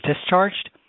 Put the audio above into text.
discharged